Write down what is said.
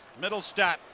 Middlestat